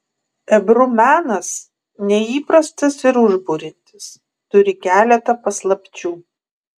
ebru menas neįprastas ir užburiantis turi keletą paslapčių